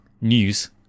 news